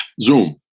Zoom